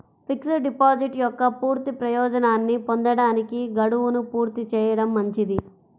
fixed deposit యొక్క పూర్తి ప్రయోజనాన్ని పొందడానికి, గడువును పూర్తి చేయడం మంచిది